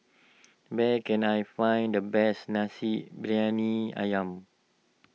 where can I find the best Nasi Briyani Ayam